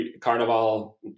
carnival